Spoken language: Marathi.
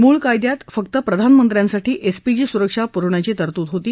मूळ कायद्यात फक्त प्रधानमंत्र्यांसाठी एसपीजी सुरक्षा पुरवण्याची तरतूद होती